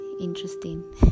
interesting